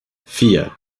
vier